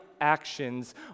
actions